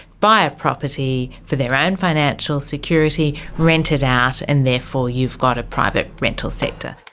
buy a property for their own financial security, rent it out and therefore you've got a private rental sector.